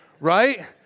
right